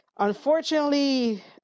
Unfortunately